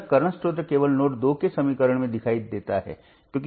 अगला हम एक वर्तमान नियंत्रित वोल्टेज स्रोत जोड़ते हैं